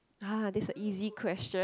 ah this a easy question